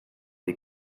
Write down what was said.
les